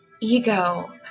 ego